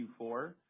Q4